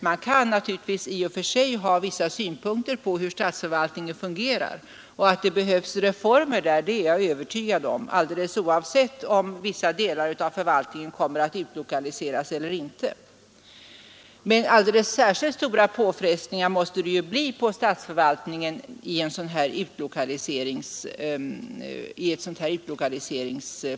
Man kan naturligtvis i och för sig ha vissa synpunkter på hur statsförvaltningen fungerar, och att det behövs reformer där är jag övertygad om, alldeles oavsett om vissa delar av förvaltningen kommer att utlokaliseras eller inte. Men alldeles särskilt stora påfrestningar måste det bli på statsförvaltningen i ett utlokaliseringsföretag.